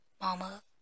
mama